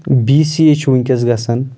B C A چھُ وُنکیٚس گژھان